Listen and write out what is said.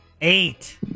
Eight